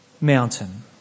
mountain